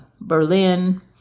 Berlin